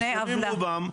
מוסלמים רובם,